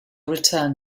return